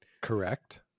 Correct